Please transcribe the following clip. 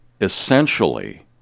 Essentially